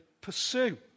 pursue